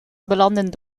belanden